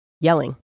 yelling